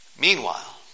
Meanwhile